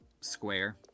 square